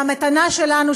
והמתנה שלנו,